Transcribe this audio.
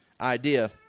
idea